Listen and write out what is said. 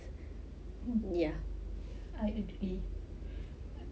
ya I agree